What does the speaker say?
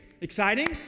Exciting